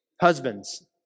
Husbands